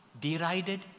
derided